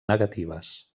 negatives